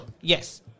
Yes